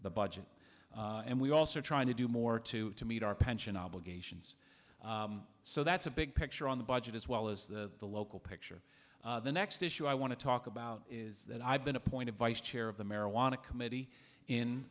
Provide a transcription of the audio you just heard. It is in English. the budget and we're also trying to do more to meet our pension obligations so that's a big picture on the budget as well as the local picture the next issue i want to talk about is that i've been appointed vice chair of the marijuana committee in